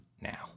now